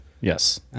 yes